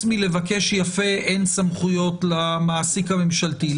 מלבקש יפה אין סמכויות למעסיק הממשלתי.